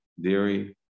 dairy